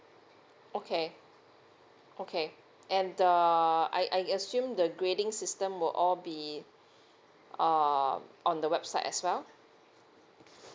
okay okay and err I I assume the grading system will all be um on the website as well